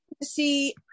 see